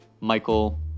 Michael